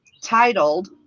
titled